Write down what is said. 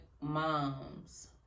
moms